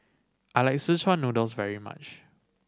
I like szechuan noodles very much